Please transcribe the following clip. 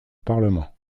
parlement